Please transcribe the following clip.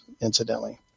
incidentally